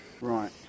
Right